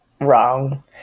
wrong